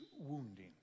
wounding